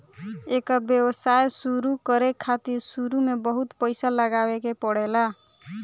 एकर व्यवसाय शुरु करे खातिर शुरू में बहुत पईसा लगावे के पड़ेला